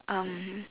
um